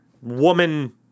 woman